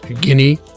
Guinea